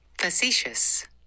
Facetious